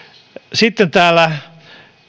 sitten täällä